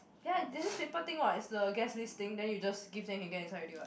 ya there's this paper thing what it's the guest list thing then you just give them can get inside already what